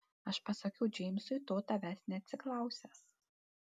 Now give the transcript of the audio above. aš pasakiau džeimsui to tavęs neatsiklausęs